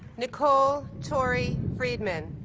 nicole tori friedman